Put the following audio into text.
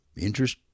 Interest